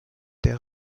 der